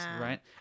right